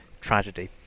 tragedy